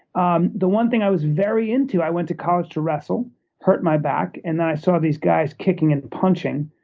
um the one thing i was very into, i went to college to wrestle hurt my back, and then i saw these guys kicking and punching,